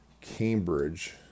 Cambridge